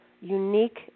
unique